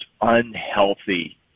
unhealthy